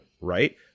right